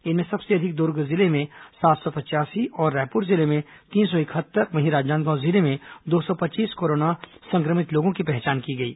इनमें सबसे अधिक दुर्ग जिले में सात सौ पचयासी और रायपुर जिले में तीन सौ इकहत्तर वहीं राजनांदगांव जिले में दो सौ पच्चीस कोरोना संक्रमित लोगों की पहचान की गई है